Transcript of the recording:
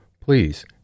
please